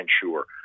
sure